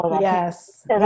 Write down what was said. Yes